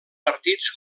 partits